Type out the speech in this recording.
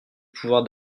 pouvoir